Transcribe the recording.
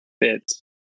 fits